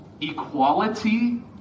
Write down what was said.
equality